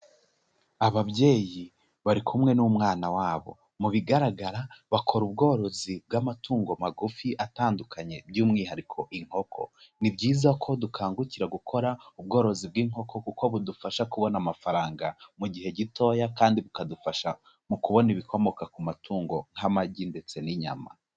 Ababyeyi bari kumwe n'umwana wabo, mu bigaragara bakora ubworozi bw'amatungo magufi atandukanye by'umwihariko inkoko, ni byiza ko dukangukira gukora ubworozi bw'inkoko kuko budufasha kubona amafaranga mu gihe gitoya kandi bukadufasha mu kubona ibikomoka ku matungo nk'amagi ndetse n'inyama.